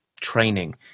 training